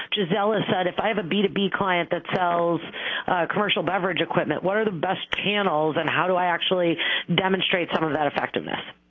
gisela said, if i have a b two b client that sells commercial beverage equipment, what are the best channels, and how do i actually demonstrate some of that effectiveness?